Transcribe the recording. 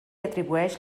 atribueix